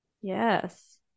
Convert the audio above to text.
Yes